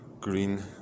green